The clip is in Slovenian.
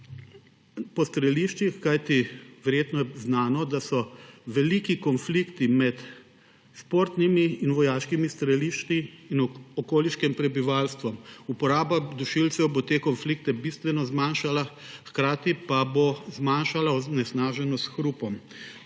po streliščih, kajti verjetno je znano, da so veliki konflikti med športnimi in vojaškimi strelišči ter okoliškim prebivalstvom. Uporaba dušilcev bo te konflikte bistveno zmanjšala, hkrati pa bo zmanjšala onesnaženost s hrupom.